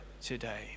today